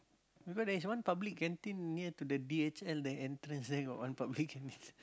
because there's one public canteen near to the d_h_l the entrance there got one public canteen